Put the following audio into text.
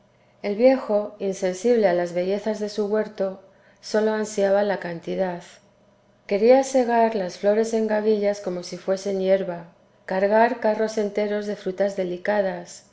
el viejo insensible a las bellezas de su huerto sólo ansiaba la cantidad quería segar las flores en gavillas como si fuesen hierba cargar carros enteros de frutas delicadas